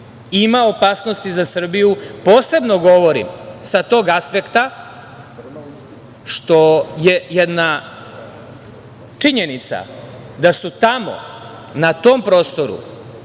Ima opasnosti za Srbiju, posebno govorim sa tog aspekta što je jedna činjenica, da su tamo, na tom prostoru